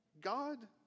God